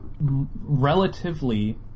relatively